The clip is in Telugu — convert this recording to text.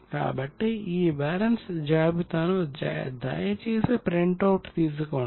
కాబట్టి ఇప్పుడు ఈ బ్యాలెన్స్ జాబితాను దయచేసి ప్రింటౌట్ తీసుకోండి